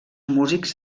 músics